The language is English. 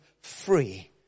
free